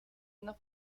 una